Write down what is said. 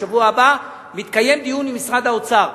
בשבוע הבא מתקיים דיון עם משרד האוצר.